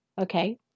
Okay